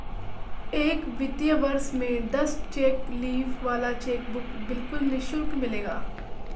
एक वित्तीय वर्ष में दस चेक लीफ वाला चेकबुक बिल्कुल निशुल्क मिलेगा